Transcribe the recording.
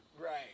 Right